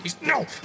No